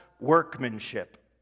workmanship